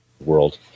world